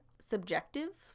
subjective